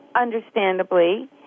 understandably